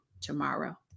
tomorrow